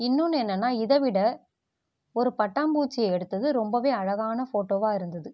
இன்னொன்னு என்னனால் இதைவிட ஒரு பட்டாம்பூச்சியை எடுத்தது ரொம்பவே அழகான ஃபோட்டோவாக இருந்தது